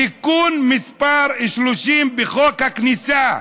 תיקון מס' 30 בחוק הכניסה.